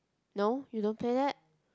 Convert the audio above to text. no you don't play that